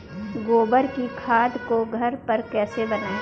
गोबर की खाद को घर पर कैसे बनाएँ?